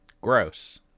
Gross